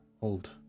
hold